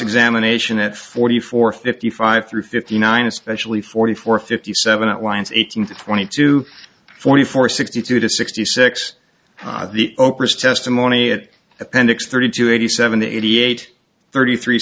examination at forty four fifty five through fifty nine especially forty four fifty seven outlines eighteen to twenty two forty four sixty two to sixty six opus testimony it appendix thirty two eighty seven eighty eight thirty three